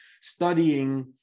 studying